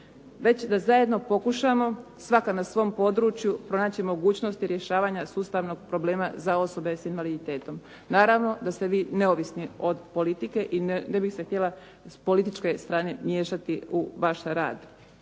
već da zajedno pokušamo svaka na svom području pronaći mogućnosti rješavanja sustavnog problema za osobe s invaliditetom. Naravno da ste vi neovisni od politike i ne bih se htjela s političke strane miješati u vaš rad,